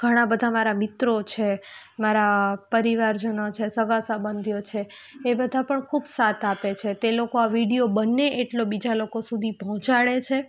ઘણાં બધાં મારા મિત્રો છે મારા પરિવારજનો છે સગા સંબંધીઓ છે એ બધાં પણ ખૂબ સાથ આપે છે તે લોકો બને એટલો બીજા લોકો સુધી પહોંચાડે છે